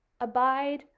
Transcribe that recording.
abide